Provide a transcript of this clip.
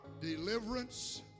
deliverance